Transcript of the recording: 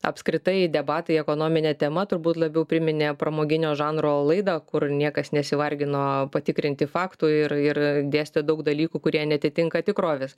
apskritai debatai ekonomine tema turbūt labiau priminė pramoginio žanro laidą kur niekas nesivargino patikrinti faktų ir ir dėstė daug dalykų kurie neatitinka tikrovės